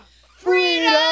Freedom